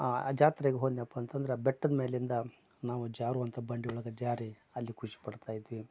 ಆ ಜಾತ್ರೆಗೆ ಹೋದ್ನ್ಯಪ್ಪ ಅಂತಂದ್ರ ಬೆಟ್ಟದ ಮೇಲಿಂದ ನಾವು ಜಾರುವಂಥ ಬಂಡಿ ಒಳಗೆ ಜಾರಿ ಅಲ್ಲಿ ಖುಷಿಪಡ್ತಾಯಿದ್ವಿ